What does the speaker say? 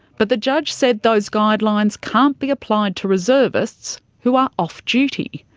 but the judge said those guidelines can't be applied to reservists who are off duty.